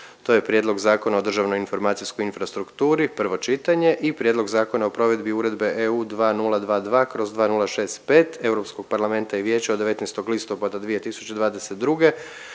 To je - Prijedlog zakona o državnoj informacijskoj infrastrukturi, prvo čitanje i - Prijedlog zakona o provedbi Uredbe EU 2022/2065 Europskog parlamenta i Vijeća od 19. listopada 2022.